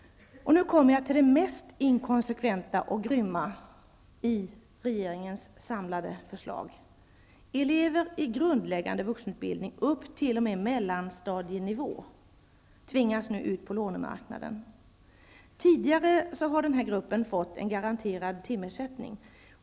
Nu kommer jag till det mest inkonsekventa och grymma i regeringens samlade förslag. Elever i grundläggande vuxenutbildning upp t.o.m. mellanstadienivå tvingas nu ut på lånemarknaden. Tidigare har denna grupp fått en garanterad timersättning.